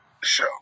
show